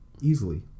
Easily